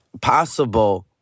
possible